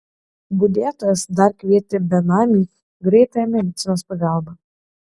budėtojas dar kvietė benamiui greitąją medicinos pagalbą